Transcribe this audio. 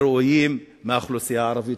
וראויים מהאוכלוסייה הערבית,